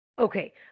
Okay